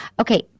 Okay